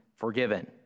Forgiven